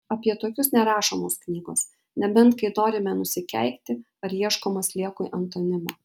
apie tokius nerašomos knygos nebent kai norima nusikeikti ar ieškoma sliekui antonimo